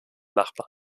machbar